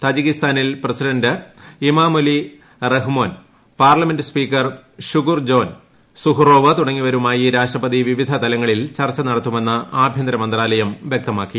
Tajikistan president Emomali Rahmon parliament speaker Shukurjon Zuhurov തുടങ്ങിയവരുമായി രാഷ്ട്രപതി വിവിധ തലങ്ങളിൽ ചർച്ച നടത്തുമെന്ന് ആഭ്യന്തരമന്ത്രാലയം വൃക്തമാക്കി